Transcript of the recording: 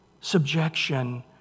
subjection